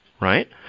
Right